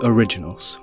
Originals